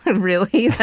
really?